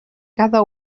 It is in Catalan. cada